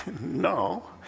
No